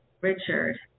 Richard